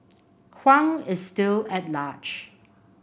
Huang is still at large